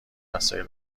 وسایل